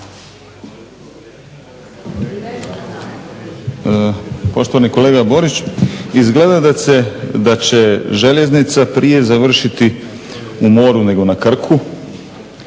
Poštovani kolega Borić, izgleda da će željeznica prije završiti u moru nego na Krku.